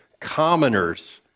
commoners